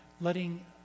letting